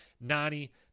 Nani